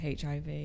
hiv